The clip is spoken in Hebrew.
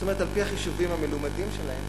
כלומר על-פי החישובים המלומדים שלהם,